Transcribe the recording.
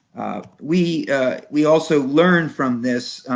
we we also learn from this.